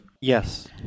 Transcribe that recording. Yes